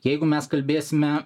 jeigu mes kalbėsime